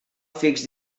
fix